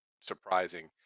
surprising